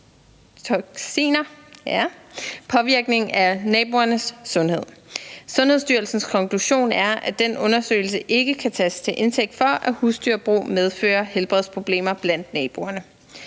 endotoksiners påvirkning af naboernes sundhed. Sundhedsstyrelsens konklusion er, at den undersøgelse ikke kan tages til indtægt for, at husdyrbrug medfører helbredsproblemer blandt naboerne.